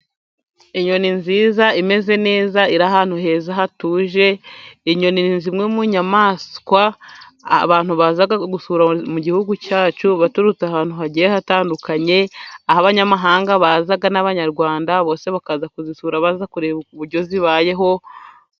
Inyoni nziza, imeze neza, iri ahantu heza hatuje, inyoni ni zimwe mu nyamaswa abantu baza gusura mu gihugu cyacu, baturutse ahantu hagiye hatandukanye, aho abanyamahanga baza n'abanyarwanda, bose bakaza kuzisura, baza kureba uburyo zibayeho,..